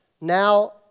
now